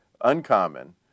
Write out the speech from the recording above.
uncommon